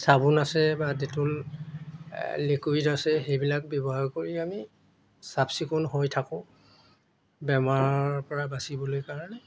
চাবোন আছে বা ডেটল লিকুইড আছে সেইবিলাক ব্যৱহাৰ কৰি আমি চাফ চিকুণ হৈ থাকোঁ বেমাৰৰ পৰা বাচিবলৈ কাৰণে